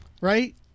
right